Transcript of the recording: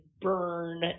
burn